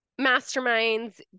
masterminds